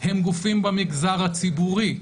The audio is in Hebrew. הם גופים במגזר הציבורי.